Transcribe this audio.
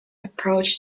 approach